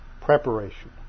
preparation